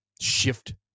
shift